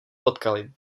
potkali